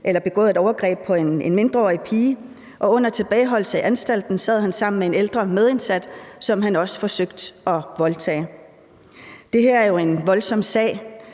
og begået et overgreb på en mindreårig pige, og under tilbageholdelsen i anstalten sad han sammen med en ældre medindsat, som han også forsøgte at voldtage. Det her er jo en voldsom sag,